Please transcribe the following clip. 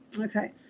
Okay